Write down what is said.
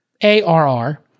ARR